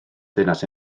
deyrnas